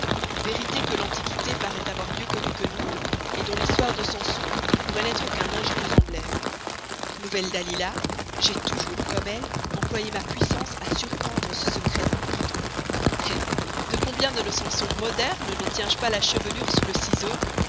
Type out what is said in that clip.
vérité que l'antiquité paraît avoir mieux connue que nous dont l'histoire de samson pourrait n'être qu'un ingénieux emblème nouvelle dalila j'ai toujours comme elle employé ma puissance à surprendre ce secret important de combien de nos samsons modernes ne tiens je pas la chevelure sous le ciseau